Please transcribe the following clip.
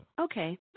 okay